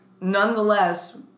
nonetheless